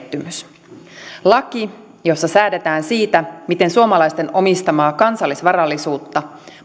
pettymys laki jossa säädetään siitä miten suomalaisten omistamaa kansallisvarallisuutta